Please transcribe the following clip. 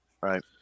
Right